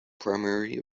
primarily